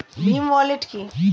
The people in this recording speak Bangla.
ভীম ওয়ালেট কি?